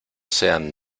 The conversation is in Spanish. sean